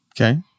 Okay